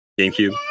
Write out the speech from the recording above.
GameCube